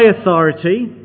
authority